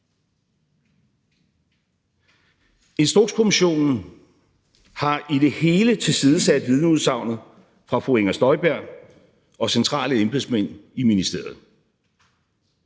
Instrukskommissionen har i det hele tilsidesat vidneudsagnet fra fru Inger Støjberg og centrale embedsmænd i ministeriet.